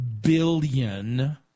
billion